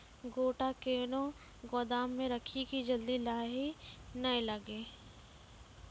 गोटा कैनो गोदाम मे रखी की जल्दी लाही नए लगा?